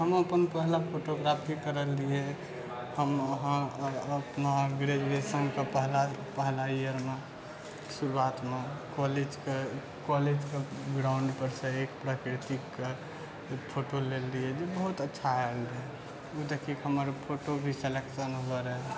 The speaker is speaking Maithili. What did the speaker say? हम अपन पहला फोटोग्राफी करल रहियै हम वहाँ अपना ग्रेजुएशनके पहला पहला इयरमे शुरुआतमे कॉलेजके कॉलेजके ग्राउण्डपर सँ एक प्रकृतिके फोटो लेलियै जे बहुत अच्छा आयल रहै उ देखिके हमर फोटो भी सिलेक्शन होइ रहै